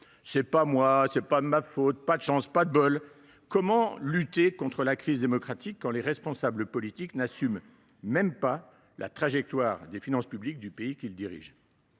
« C’est pas moi »,« c’est pas ma faute »,« pas de bol !»: comment lutter contre la crise démocratique quand les responsables politiques n’assument même pas la trajectoire des finances publiques du pays qu’ils dirigent ?